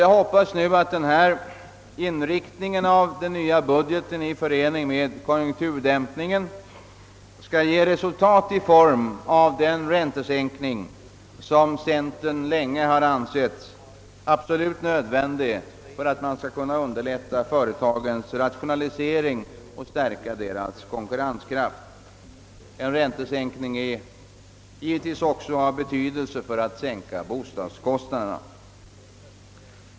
Jag hop pas att denna inriktning av budgeten i förening med konjunkturdämpningen skall ge resultat i form av den räntesänkning, som centern länge ansett vara absolut nödvändig för att man skall kunna underlätta företagens rationalisering och stärka deras konkurrenskraft. En räntesänkning är givetvis också av betydelse för en sänkning av bostadskostnaderna.